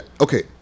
okay